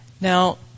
Now